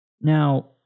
Now